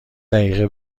دقیقه